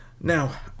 now